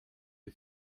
die